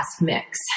mix